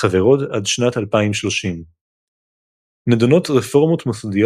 חברות עד שנת 2030. נדונות רפורמות מוסדיות